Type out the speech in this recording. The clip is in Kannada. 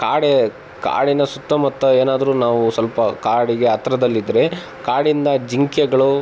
ಕಾಡು ಕಾಡಿನ ಸುತ್ತಮುತ್ತ ಏನಾದರೂ ನಾವು ಸ್ವಲ್ಪ ಕಾಡಿಗೆ ಹತ್ರದಲ್ಲಿದ್ರೆ ಕಾಡಿಂದ ಜಿಂಕೆಗಳು